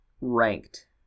ranked